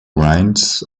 reins